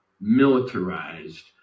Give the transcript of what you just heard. militarized